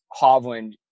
Hovland